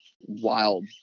wild